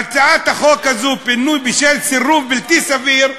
והצעת החוק הזאת, פינוי בשל סירוב בלתי סביר,